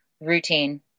routine